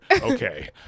okay